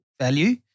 value